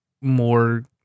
more